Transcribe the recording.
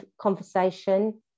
conversation